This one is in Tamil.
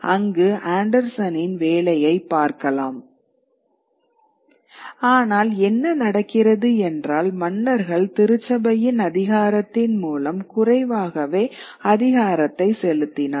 அங்கு ஆண்டர்சனின் வேலையைப் பார்க்கலாம் ஆனால் என்ன நடக்கிறது என்றால் மன்னர்கள் திருச்சபையின் அதிகாரத்தின் மூலம் குறைவாகவே அதிகாரத்தை செலுத்தினார்